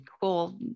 cool